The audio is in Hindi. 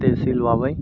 तेहसील वावै